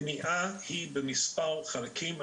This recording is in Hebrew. המניעה היא במספר חלקים,